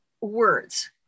words